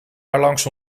daarlangs